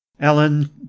Alan